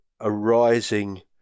arising